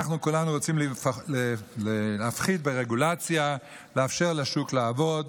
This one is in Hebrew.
כולנו רוצים להפחית ברגולציה, לאפשר לשוק לעבוד,